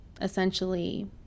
essentially